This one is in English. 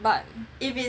but